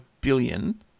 billion